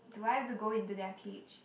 do I have to go into their cage